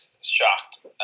shocked